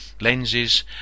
lenses